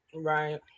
right